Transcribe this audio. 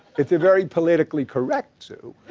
it's a very politically correct zoo,